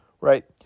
Right